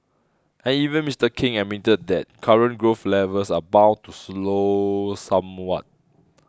and even Mister King admitted that current growth levels are bound to slow somewhat